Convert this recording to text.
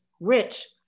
rich